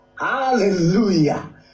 Hallelujah